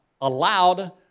allowed